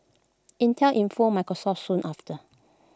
Intel informed Microsoft soon after